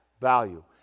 value